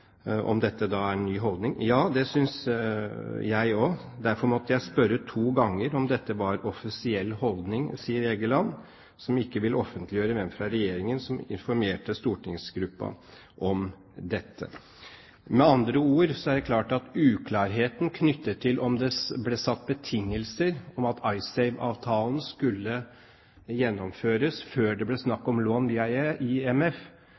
det syns jeg og. Derfor måtte jeg spørre to ganger om dette var offisiell holdning.» Egeland ville ikke offentliggjøre hvem fra Regjeringen som informerte stortingsgruppen om dette. Med andre ord er det klart at uklarheten knyttet til om det ble satt betingelser om at IceSave-avtalen skulle gjennomføres før det ble snakk om lån via IMF, i